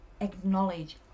acknowledge